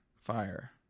Fire